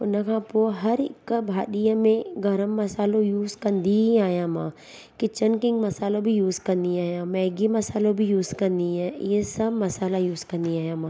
उन खां पोइ हरु हिकु भाॼीअ में गरम मसालो यूस कंदी ई आहियां मां किचन किंग मसालो बि यूस कंदी आहियां मैगी मसालो बि यूस कंदी आहियां इहे सभु मसाला बि यूस कंदी आहियां मां